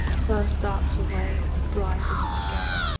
first darts away the bridegroom gay,